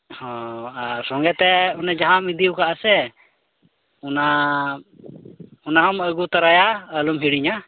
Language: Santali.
ᱦᱚᱸ ᱟᱨ ᱥᱚᱸᱜᱮᱛᱮ ᱚᱱᱮ ᱡᱟᱦᱟᱢ ᱤᱫᱤᱣᱟᱠᱟᱜ ᱥᱮ ᱚᱱᱟ ᱚᱱᱟᱦᱚᱢ ᱟᱹᱜᱩ ᱛᱚᱨᱟᱭᱟ ᱟᱞᱚᱢ ᱦᱤᱲᱤᱧᱟ